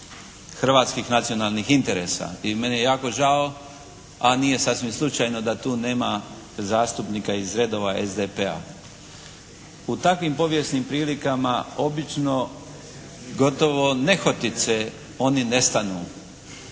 hrvatskih nacionalnih interesa i meni je jako žao, a nije sasvim slučajno da tu nema zastupnika iz redova SDP-a. U takvim povijesnim prilikama obično gotovo nehotice oni nestanu.